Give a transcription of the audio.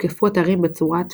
הותקפו אתרים בצורת